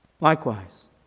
Likewise